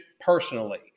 personally